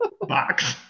box